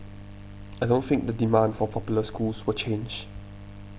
I don't think the demand for popular schools will change